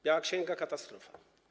Biała księga - katastrofa.